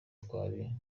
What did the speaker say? twari